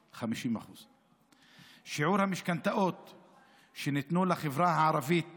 50%. שיעור המשכנתאות שניתנו לחברה הערבית